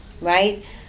right